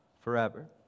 forever